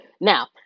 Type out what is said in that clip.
Now